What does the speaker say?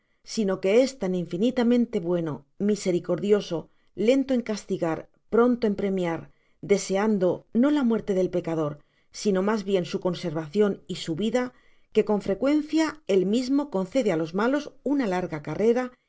sino que es tan infinitamente bueno misericordioso lento en castigar pronto en premiar deseando no la muerte del pecador sino mas hien su conservacion y su vida que opa frecuencia él mismo concede á los malos una larga carrera